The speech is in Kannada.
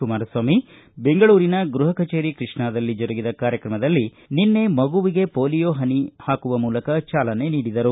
ಕುಮಾರಸ್ವಾಮಿ ಬೆಂಗಳೂರಿನ ಗೃಹ ಕಚೇರಿ ಕೃಷ್ಣಾದಲ್ಲಿ ಜರುಗಿದ ಕಾರ್ಯಕ್ರಮದಲ್ಲಿ ನಿನ್ನೆ ಮಗುವಿಗೆ ಪೊಲಿಯೋ ಹನಿ ಹಾಕುವ ಮೂಲಕ ಚಾಲನೆ ನೀಡಿದರು